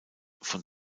von